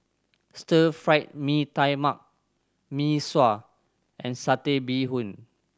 Stir Fried Mee Tai Mak Mee Sua and Satay Bee Hoon